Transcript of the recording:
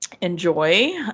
enjoy